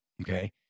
Okay